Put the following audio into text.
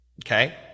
Okay